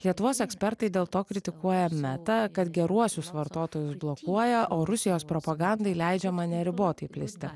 lietuvos ekspertai dėl to kritikuoja metą kad geruosius vartotojus blokuoja o rusijos propagandai leidžiama neribotai plisti